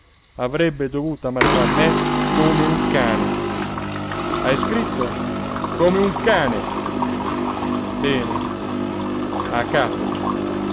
avrebbe dovuto ammazzar me come un cane hai scritto come un cane bene a capo